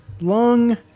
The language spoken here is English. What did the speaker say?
lung